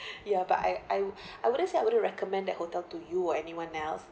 ya but I I I wouldn't say I wouldn't recommend that hotel to you or anyone else